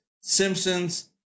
Simpsons